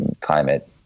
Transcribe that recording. climate